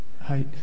Hi